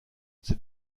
ces